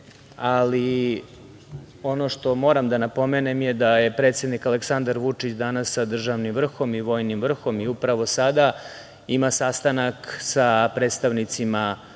ali ono što moram da napomenem je da je predsednik Aleksandar Vučić danas sa državnim vrhom i vojnim vrhom i upravo sada ima sastanak sa predstavnicima